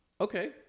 Okay